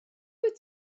wyt